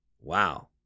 wow